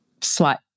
slight